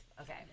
okay